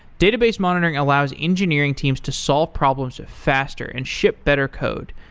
database monitoring allows engineering teams to solve problems faster and ship better code.